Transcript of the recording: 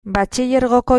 batxilergoko